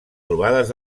trobades